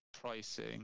pricing